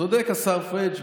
צודק השר פריג'.